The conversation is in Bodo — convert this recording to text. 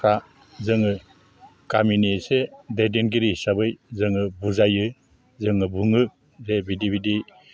दा जोङो गामिनि एसे दैदेनगिरि हिसाबै जोङो बुजाइयो जोङो बुङो जे बिदि बिदि